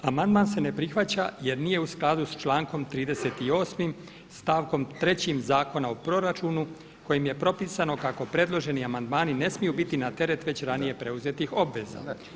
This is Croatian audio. Amandman se ne prihvaća jer nije u skladu s člankom 38. stavkom 3. Zakona o proračunu kojim je propisano kako predloženi amandmani ne smiju biti na teret već ranije preuzetih obveza.